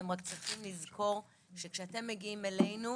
אתם רק צריכים לזכור שכשאתם מגיעים אלינו,